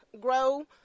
grow